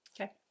Okay